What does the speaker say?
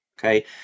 okay